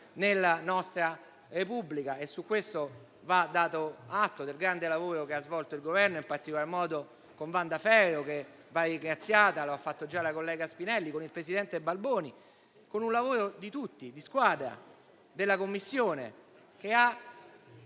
nella nostra Repubblica. Di ciò va dato atto al grande lavoro che ha svolto il Governo, in particolar modo con la sottosegretaria Wanda Ferro, che va ringraziata (lo ha fatto già la collega Spinelli), con il presidente Balboni, con un lavoro di tutti, di squadra e della Commissione.